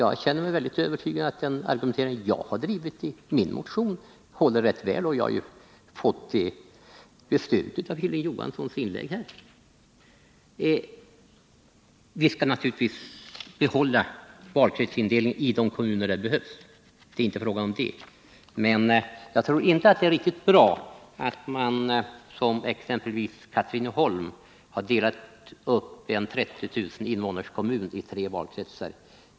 Jag känner mig helt övertygad om att de argument som jag anfört i min motion håller rätt väl. Det har jag ju fått bestyrkt av Hilding Johanssons inlägg här. Vi skall naturligtvis behålla en indelning på flera valkretsar i de kommuner där en sådan behövs — det är inte fråga om något annat. Jag tror emellertid inte att det är riktigt bra att som i t.ex. Katrineholm dela upp en kommun med 30 000 invånare i tre valkretsar.